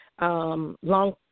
long